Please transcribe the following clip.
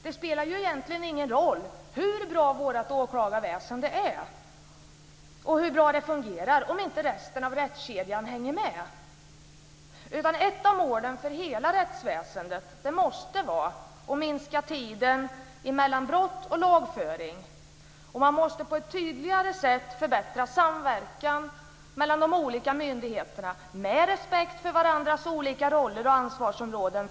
Det spelar ju egentligen ingen roll hur bra vårt åklagarväsende fungerar om inte resten av rättskedjan hänger med. Ett av målen för hela rättsväsendet måste vara att minska tiden mellan brott och lagföring, och man måste på ett tydligare sätt förbättra samverkan mellan de olika myndigheterna med respekt för varandras olika roller och ansvarsområden.